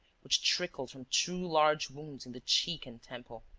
which trickled from two large wounds in the cheek and temple.